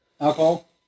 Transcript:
alcohol